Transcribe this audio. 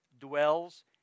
dwells